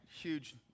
huge